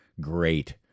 great